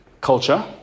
culture